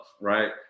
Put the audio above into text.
right